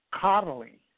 coddling